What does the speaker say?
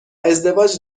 ازدواج